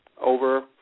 over